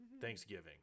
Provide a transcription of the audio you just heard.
Thanksgiving